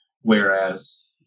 Whereas